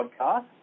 podcast